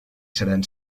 seran